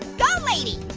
ah go lady.